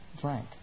drank